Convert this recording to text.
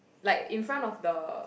like in front of the